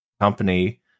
company